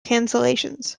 cancellations